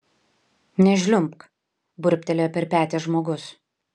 nežliumbk burbtelėjo per petį žmogus